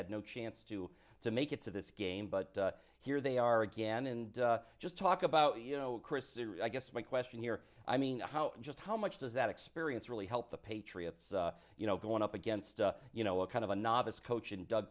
had no chance to to make it to this game but here they are again and just talk about you know i guess my question here i mean how just how much does that experience really help the patriots you know going up against you know a kind of a novice coach in doug